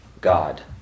God